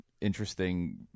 interesting